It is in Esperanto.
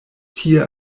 tie